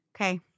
Okay